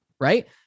Right